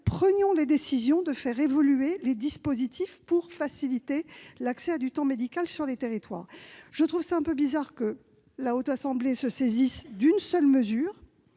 prendrions les décisions quant à l'évolution des dispositifs visant à faciliter l'accès à du temps médical sur les territoires. Je trouve quelque peu bizarre que la Haute Assemblée se saisisse d'une seule mesure,